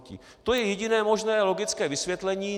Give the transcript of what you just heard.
To je jediné možné logické vysvětlení.